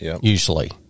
usually